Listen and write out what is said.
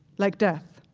like death.